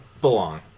belong